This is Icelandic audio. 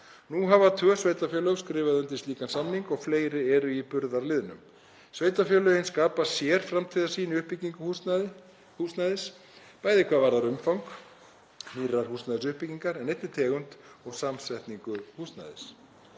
Nú hafa tvö sveitarfélög skrifað undir slíkan samning og fleiri munu gera það. Sveitarfélögin skapa sér framtíðarsýn í uppbyggingu húsnæðis, bæði hvað varðar umfang nýrrar húsnæðisuppbyggingar, en einnig varðandi tegund og samsetningu húsnæðis.